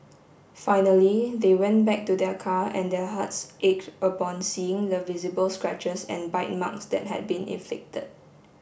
finally they went back to their car and their hearts ached upon seeing the visible scratches and bite marks that had been inflicted